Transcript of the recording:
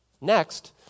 Next